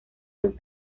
los